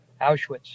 Auschwitz